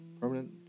permanent